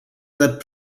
that